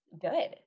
good